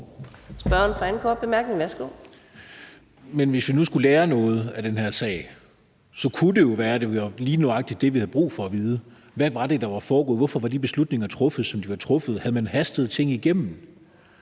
hvis vi nu skulle lære noget af den her sag, kunne det jo være, at det lige nøjagtig var det, vi havde brug for at vide. Hvad var det, der var foregået? Hvorfor var de beslutninger truffet, som de var truffet? Havde man hastet ting igennem?